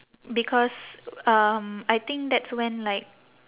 because um I think that's when like